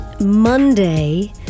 Monday